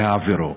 להעבירו.